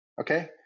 Okay